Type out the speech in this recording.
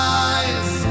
eyes